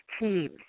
teams